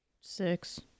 Six